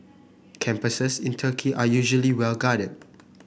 campuses in Turkey are usually well guarded